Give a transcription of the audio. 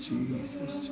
Jesus